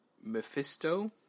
Mephisto